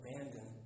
abandon